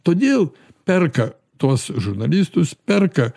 todėl perka tuos žurnalistus perka